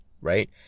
right